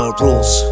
rules